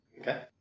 Okay